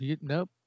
nope